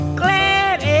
glad